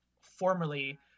formerly